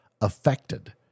affected